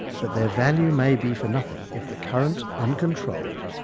but their value may be for nothing if the current uncontrolled,